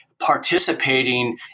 participating